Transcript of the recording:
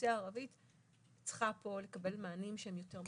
האוכלוסייה הערבית צריכה לקבל מענים מורכבים יותר.